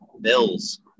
bills